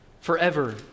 forever